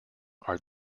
are